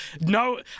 no